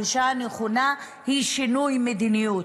הגישה הנכונה היא שינוי מדיניות,